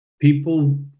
people